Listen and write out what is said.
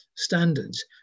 standards